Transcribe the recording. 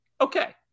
Okay